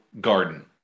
garden